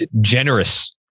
generous